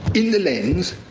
in the lens,